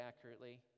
accurately